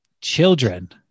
children